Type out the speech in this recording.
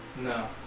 No